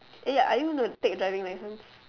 eh are you going to take driving license